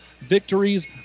victories